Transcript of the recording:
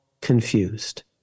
confused